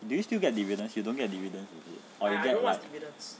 do you still get dividends you don't get dividends is it or you get like